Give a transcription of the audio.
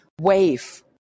wave